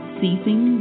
ceasing